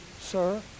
sir